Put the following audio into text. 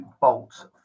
bolts